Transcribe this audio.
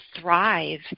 thrive